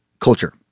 culture